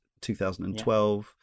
2012